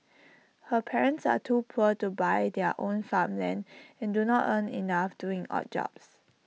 her parents are too poor to buy their own farmland and do not earn enough doing odd jobs